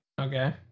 Okay